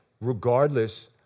Regardless